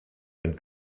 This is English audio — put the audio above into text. and